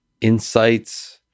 insights